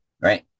Right